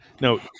No